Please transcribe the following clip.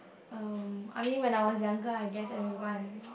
um I mean when I was younger I guess everyone